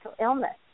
illness